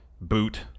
boot